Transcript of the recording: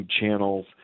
channels